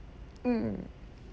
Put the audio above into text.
mm